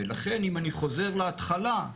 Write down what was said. ולכן אם אני חוזר להתחלה,